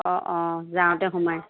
অঁ অঁ যাওঁতে সোমাই